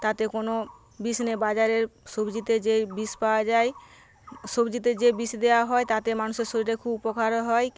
তাতে কোনো বিষ নেই বাজারের সবজিতে যেই বিষ পাওয়া যায় সবজিতে যে বিষ দেওয়া হয় তাতে মানুষের শরীরের খুব উপকারও হয়